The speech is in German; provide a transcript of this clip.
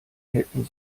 hätten